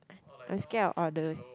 I'm scared of all those